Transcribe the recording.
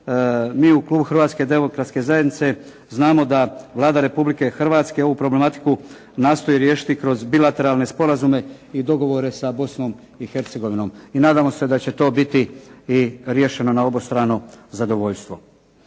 mi u klubu Hrvatske demokratske zajednice znamo da Vlada Republike Hrvatske ovu problematiku nastoji riješiti kroz bilateralne sporazume i dogovore sa Bosnom i Hercegovinom i nadamo se da će to biti i riješeno na obostrano zadovoljstvo.